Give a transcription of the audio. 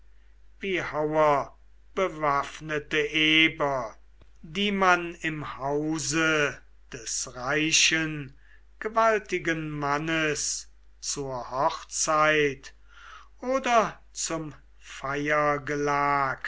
wie hauerbewaffnete eber die man im hause des reichen gewaltigen mannes zur hochzeit oder zum